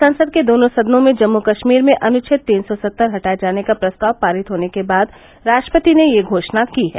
संसद के दोनों सदनों में जम्मू कश्मीर में अनुच्छेद तीन सौ सत्तर हटाये जाने का प्रस्ताव पारित होने के बाद राष्ट्रपति ने यह घोषणा की है